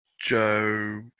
Joe